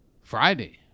Friday